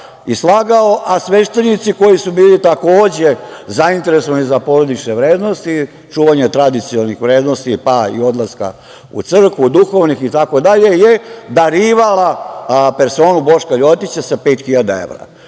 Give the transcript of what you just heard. Slagao, a sveštenici koji su bili takođe zainteresovani za porodične vrednosti, čuvanje tradicionalnih vrednosti, pa i odlaska u crkvu, duhovnih itd, je darivala personu, „Boška Ljotića“, sa pet